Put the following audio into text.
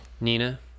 nina